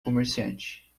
comerciante